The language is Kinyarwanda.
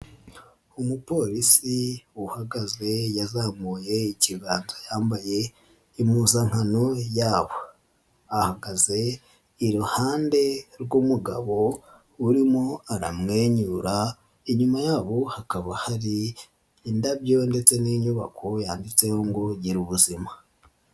Umupolisi uhagaze yazamuye ikiganza yambaye impuzankano yabo, ahagaze iruhande rw'umugabo urimo aramwenyura inyuma yabo hakaba hari indabyo ndetse n'inyubako yanditseho ngo Girubuzima.